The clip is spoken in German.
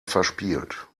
verspielt